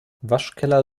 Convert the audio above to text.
waschkeller